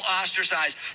ostracized